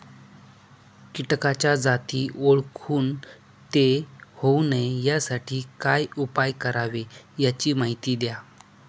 किटकाच्या जाती ओळखून ते होऊ नये यासाठी काय उपाय करावे याची माहिती द्या